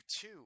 two